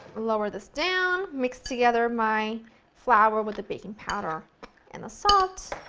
lower this down. mix together my flour with the baking powder and the salt.